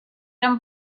don’t